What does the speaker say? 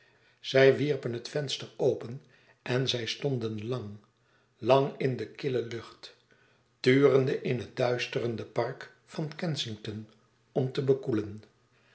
zij wierpen het venster open en zij stonden lang lang in de kille lucht turende in het duisterende park van kensington om te bekoelen